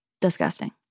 disgusting